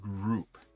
group